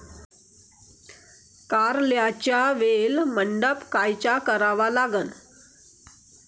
कारल्याचा वेल मंडप कायचा करावा लागन?